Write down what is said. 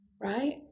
right